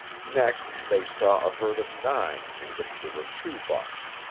next they saw a herd of nine in which there were two bucks.